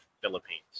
philippines